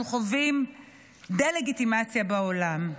אנחנו חווים דה-לגיטימציה בעולם.